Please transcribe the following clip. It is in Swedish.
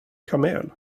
kamel